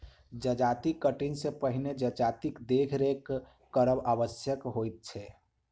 जजाति कटनी सॅ पहिने जजातिक देखरेख करब आवश्यक होइत छै